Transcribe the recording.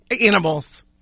animals